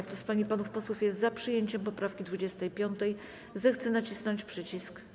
Kto z pań i panów posłów jest za przyjęciem poprawki 25., zechce nacisnąć przycisk.